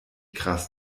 krass